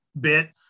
bit